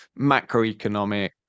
macroeconomic